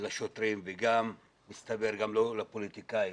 לשוטרים וגם מסתבר לא לפוליטיקאים,